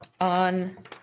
On